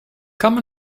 come